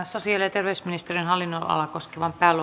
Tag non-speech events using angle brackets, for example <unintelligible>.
<unintelligible> sosiaali ja terveysministeriön hallinnonalaa koskeva